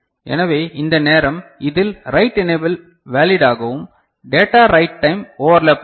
எனவே இந்த நேரம் இதில் ரைட் எனேபில் வேலிட் ஆகவும் டேட்டா ரைட் டைம் ஓவர்லேப் ஆகும்